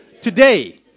Today